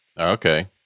okay